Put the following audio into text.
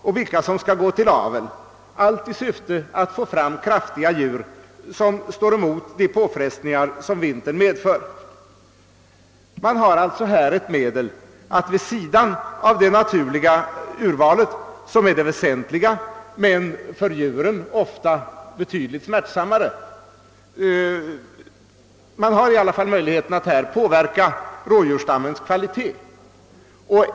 och vilka som skall gå till åvel, allt i syfte att få fram kraftiga djur som står emot de påfrestningar vintern medför. Man har alltså här ett medel att vid sidan av det naturliga urvalet — som är det väsentliga men för djuren ofta betydligt smärtsammare — påverka rådjurstammens kvalitet.